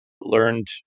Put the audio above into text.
Learned